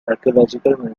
archaeological